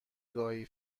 گاهی